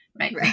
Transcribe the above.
Right